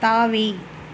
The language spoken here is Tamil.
தாவி